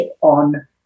on